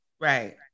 Right